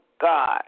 God